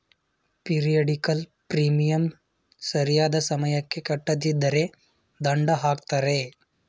periodical premium ಸರಿಯಾದ ಸಮಯಕ್ಕೆ ಕಟ್ಟದಿದ್ದರೆ ದಂಡ ಹಾಕ್ತರೆ